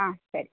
ஆ சரி